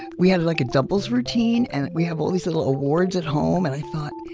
and we had like a doubles routine, and we have all these little awards at home. and i thought,